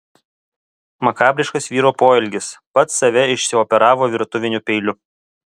makabriškas vyro poelgis pats save išsioperavo virtuviniu peiliu